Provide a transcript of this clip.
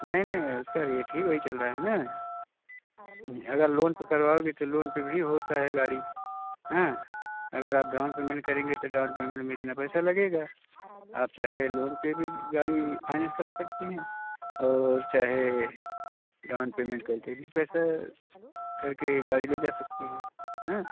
नहीं नहीं नहीं उसका रेट ही वही चल रहा है ना अगर लोन पर करवाओगी तो लोन पर भी होता है गाड़ी हाँ अगर आप डाउन पेमेंट करेंगे तो डाउन पेमेंट में इतना पैसा लगेगा आप चाहे लोन पर भी गाड़ी फाइनेंस करा सकती हैं और चाहे डाउन पेमेंट करके भी पैसा करके गाड़ी ले जा सकती हैं हाँ